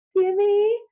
Gimme